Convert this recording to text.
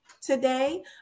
today